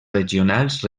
regionals